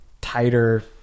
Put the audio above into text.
tighter